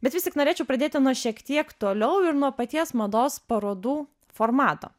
bet vis tik norėčiau pradėti nuo šiek tiek toliau ir nuo paties mados parodų formato